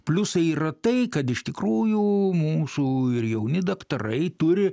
pliusai yra tai kad iš tikrųjų mūsų ir jauni daktarai turi